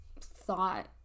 thought